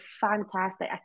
fantastic